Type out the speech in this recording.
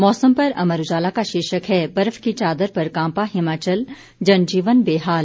मौसम पर अमर उजाला का शीर्षक है बर्फ की चादर पर कांपा हिमाचल जनजीवन बेहाल